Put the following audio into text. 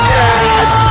Yes